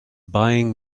buying